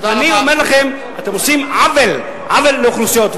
אני אומר לכם, אתם עושים עוול, עוול לאוכלוסיות.